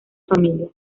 familia